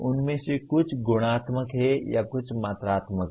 उनमें से कुछ गुणात्मक हैं या कुछ मात्रात्मक हैं